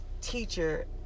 teacher